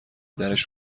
درش